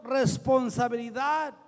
responsabilidad